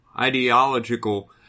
ideological